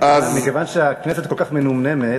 מכיוון שהכנסת כל כך מנומנמת,